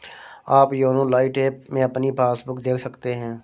आप YONO Lite app में अपनी पासबुक देख सकते हैं